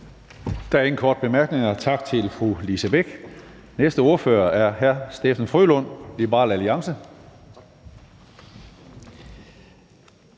Der er ingen korte bemærkninger. Tak til fru Lise Bech. Den næste ordfører er hr. Steffen W. Frølund, Liberal Alliance.